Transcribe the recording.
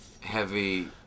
heavy